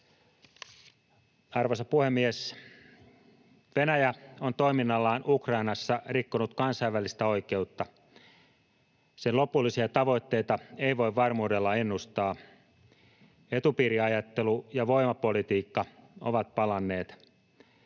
Arvoisa puhemies! Venäjä on toiminnallaan Ukrainassa rikkonut kansainvälistä oikeutta. Sen lopullisia tavoitteita ei voi varmuudella ennustaa. Etupiiriajattelu ja voimapolitiikka ovat palanneet.